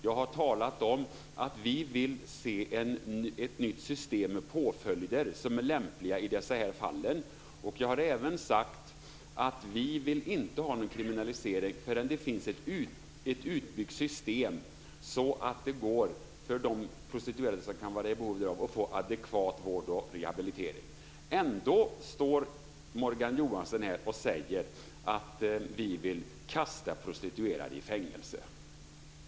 Jag har talat om att vi vill se ett nytt system med påföljder som är lämpliga i de här fallen. Jag har även sagt att vi inte vill ha någon kriminalisering förrän det finns ett utbyggt system så att de prostituerade som är i behov av det kan få adekvat vård och rehabilitering. Ändå säger Morgan Johansson att vi vill kasta prostituerade i fängelse.